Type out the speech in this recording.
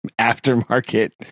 aftermarket